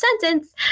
sentence